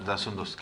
תודה, סונדוס.